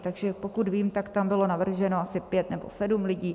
Takže pokud vím, tak tam bylo navrženo asi pět nebo sedm lidí.